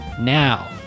now